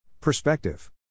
Perspective